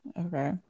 Okay